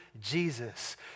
Jesus